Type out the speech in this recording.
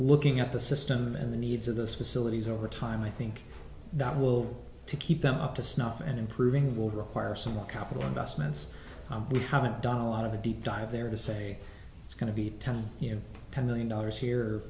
looking at the system and the needs of those facilities over time i think that will to keep them up to snuff and improving that will require some more capital investments we haven't done a lot of a deep dive there to say it's going to be telling you ten million dollars here